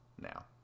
now